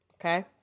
okay